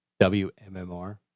WMMR